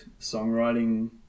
songwriting